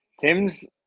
Tim's